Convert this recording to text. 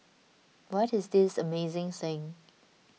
what is this amazing thing